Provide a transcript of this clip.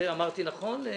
אמרתי נכון?